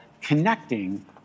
connecting